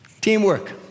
Teamwork